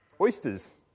oysters